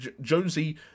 Jonesy